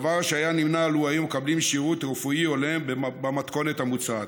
דבר שהיה נמנע לו היו מקבלים שירות רפואי הולם במתכונת המוצעת.